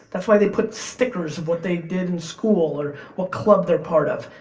that's why they put stickers of what they did in school, or what club they're part of.